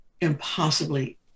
impossibly